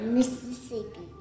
Mississippi